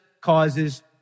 causes